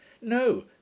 No